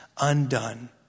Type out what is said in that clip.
undone